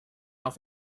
auf